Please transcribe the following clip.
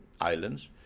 islands